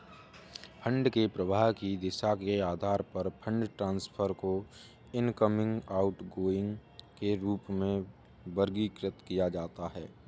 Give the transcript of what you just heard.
fund के प्रवाह की दिशा के आधार पर फंड ट्रांसफर को इनकमिंग, आउटगोइंग के रूप में वर्गीकृत किया जाता है